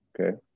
Okay